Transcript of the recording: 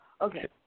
okay